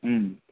ಹ್ಞೂ